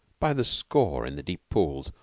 by the score in the deep pools,